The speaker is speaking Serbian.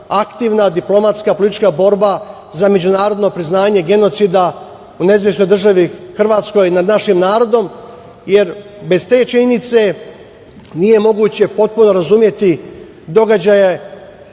aktivna diplomatska politička borba za međunarodno priznanje genocida u NDH nad našim narodom, jer bez te činjenice nije moguće potpuno razumeti događaje